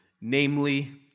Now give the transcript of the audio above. namely